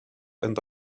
and